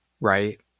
right